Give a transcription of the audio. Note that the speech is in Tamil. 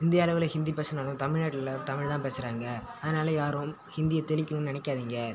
இந்தியா அளவில் ஹிந்தி பேசினாலும் தமிழ் நாட்டில் தமிழ் தான் பேசுகிறாங்க அதனால் யாரும் ஹிந்தியை தெளிக்கணுன்னு நினைக்காதீங்க